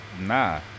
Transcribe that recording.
nah